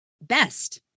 best